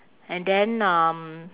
and then um